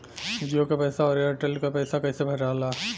जीओ का पैसा और एयर तेलका पैसा कैसे भराला?